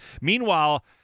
Meanwhile